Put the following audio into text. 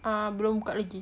ah belum buka lagi